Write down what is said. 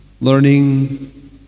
learning